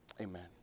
amen